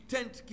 Tent